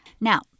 Now